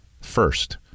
First